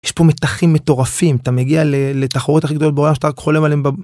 יש פה מתחים מטורפים אתה מגיע לתחרות הכי גדולה בעולם שאתה רק חולם עליהם בבית.